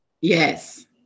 Yes